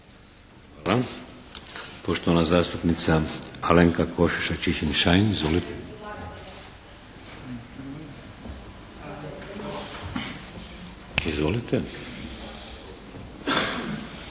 Hvala. Poštovana zastupnica Alenka Košiša Čičin-Šain. Izvolite. Izvolite.